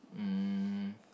um